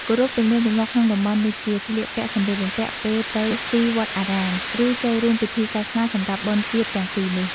គោរពទំនៀមទម្លាប់ក្នុងតំបន់ដូចជា ស្លៀកពាក់សមរម្យពេលទៅទីវត្តអារាម ឬចូលរួមពិធីសាសនាសម្រាប់បុណ្យជាតិទាំងពីរនេះ ។